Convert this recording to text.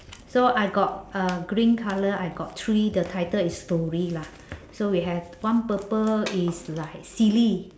so I got uh green colour I got three the title is story lah so we have one purple is like silly